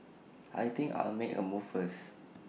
I think I'll make A move first